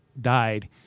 died